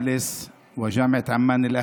אוניברסיטת א-נג'אח בשכם האוניברסיטה